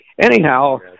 anyhow